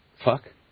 fuck